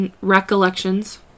recollections